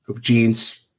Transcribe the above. Jeans